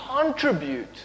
contribute